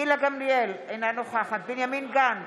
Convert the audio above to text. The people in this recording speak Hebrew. גילה גמליאל, אינה נוכחת בנימין גנץ,